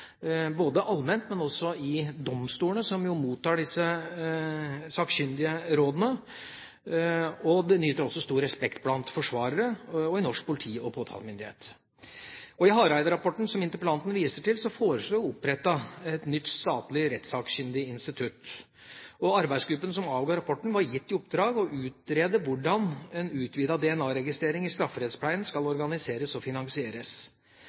både allment og også i domstolene, som mottar disse sakkyndige rådene. De nyter også stor respekt blant forsvarere og i norsk politi og påtalemyndighet. I Hareide-rapporten, som interpellanten viser til, foreslås det opprettet et nytt statlig rettssakkyndig institutt. Arbeidsgruppen som avga rapporten, var gitt i oppdrag å utrede hvordan en utvidet DNA-registrering i strafferettspleien skal organiseres og finansieres.